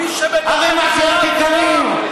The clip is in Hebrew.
מי, ערימה של לקקנים.